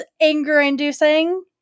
anger-inducing